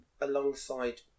alongside